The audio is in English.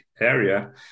area